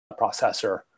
processor